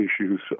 issues